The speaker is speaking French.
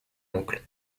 oncle